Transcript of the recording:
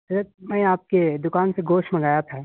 سر میں آپ کے دوکان سے گوشت منگایا تھا